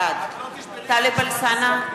בעד טלב אלסאנע,